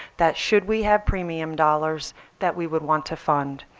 that should we have premium dollars that we would want to fund?